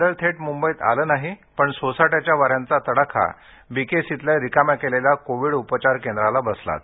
वादळ थेट मुंबइत आलं नाही पण सोसाट्याच्या वाऱ्यांचा तडाखा बीकेसीतल्या रिकाम्या केलेल्या कोविड उपचार केंद्राला बसलाच